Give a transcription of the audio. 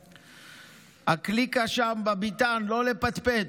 הקליקה שם בביתן, לא לפטפט.